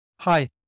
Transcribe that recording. Hi